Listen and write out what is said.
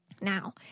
now